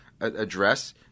address